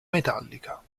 metallica